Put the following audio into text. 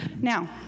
Now